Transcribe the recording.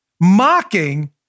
mocking